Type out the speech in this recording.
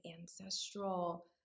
ancestral